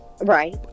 right